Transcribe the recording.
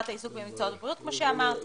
העיסוק במקצועות הבריאות כמו שאמרתי